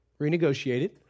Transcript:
renegotiated